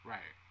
Right